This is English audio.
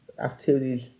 activities